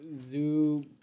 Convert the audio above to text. Zoo